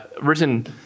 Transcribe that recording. written